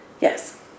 Yes